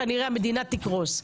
כנראה המדינה תקרוס.